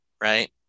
right